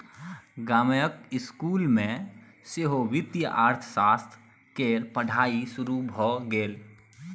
गामक इसकुल मे सेहो वित्तीय अर्थशास्त्र केर पढ़ाई शुरू भए गेल